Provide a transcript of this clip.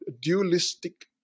dualistic